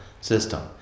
system